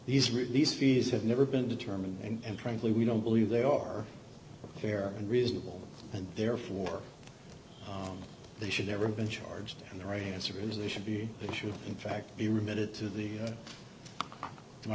these release fees have never been determined and frankly we don't believe they are fair and reasonable and therefore they should never been charged and the right answer is they should be issued in fact be remitted to the to my